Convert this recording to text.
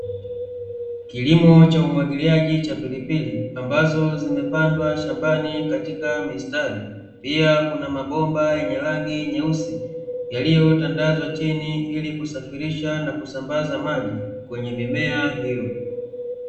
Kilimo cha umwagiliaji cha pilipili, ambazo zimepandwa shambani katika mistari, pia kuna mabomba yenye rangi nyeusi, yaliyotandazwa chini, ili kusafirisha na kusambaza maji kwenye mimea hiyo.